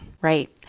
right